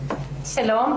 שלום,